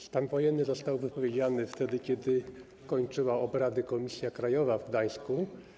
Stan wojenny został wypowiedziany wtedy, kiedy kończyła obrady komisja krajowa w Gdańsku.